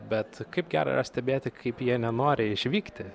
bet kaip gera yra stebėti kaip jie nenori išvykti